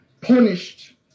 punished